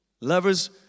Lovers